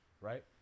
right